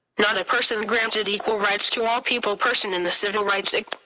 not a person granted equal rights to all people person in the civil rights act.